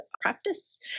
practice